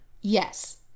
yes